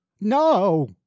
No